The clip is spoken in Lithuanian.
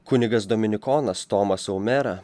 kunigas dominikonas tomas omera